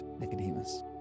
Nicodemus